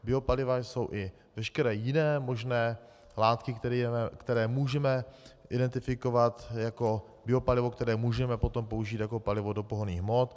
Biopaliva jsou i veškeré jiné možné látky, které můžeme identifikovat jako biopalivo, které můžeme potom použít jako palivo do pohonných hmot.